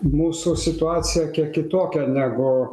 mūsų situacija kiek kitokia negu